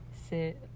sit